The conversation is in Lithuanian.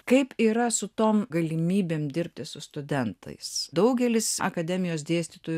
kaip yra su tom galimybėm dirbti su studentais daugelis akademijos dėstytojų